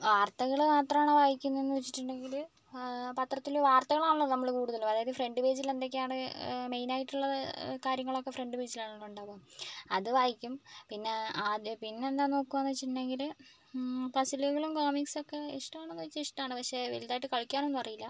വാർത്തകൾ മാത്രമാണോ വായിക്കുന്നേന്ന് വെച്ചിട്ടുണ്ടെങ്കിൽ പത്രത്തിൽ വാർത്തകളാണല്ലോ നമ്മൾ കൂടുതലും അതായത് ഫ്രൻണ്ട് പേജിൽ എന്തൊക്കെയാണ് മെയിൻ ആയിട്ടുള്ള കാര്യങ്ങളൊക്കെ ഫ്രൻണ്ട് പേജിൽ ആണല്ലോ ഉണ്ടാവുക അത് വായിക്കും പിന്നെ ആദ്യം പിന്നെ എന്താ നോക്കാ എന്ന് വെച്ചിട്ടുണ്ടെങ്കിൽ പസ്സിലുകളും കോമിക്സ് ഒക്കെ ഇഷ്ടമാണോ എന്ന് ചോദിച്ചാൽ ഇഷ്ടമാണ് പക്ഷേ വലുതായിട്ട് കളിക്കാൻ ഒന്നും അറിയില്ല